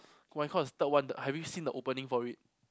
my record is third one have you seen the opening for it